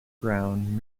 brown